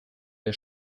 der